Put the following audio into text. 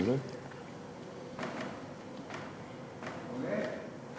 התשע"ה 2014, לוועדת החוקה, חוק ומשפט נתקבלה.